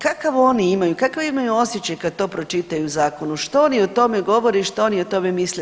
Kakav oni imaju, kakav imaju osjećaj kad to pročitaju u zakonu, što oni o tome govore i što oni o tome misle.